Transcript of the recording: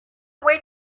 away